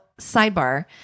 sidebar